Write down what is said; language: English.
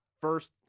first